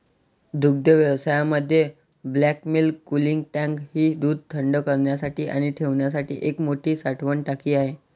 दुग्धव्यवसायामध्ये bulk milk cooling tank ही दूध थंड करण्यासाठी आणि ठेवण्यासाठी एक मोठी साठवण टाकी आहे